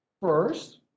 First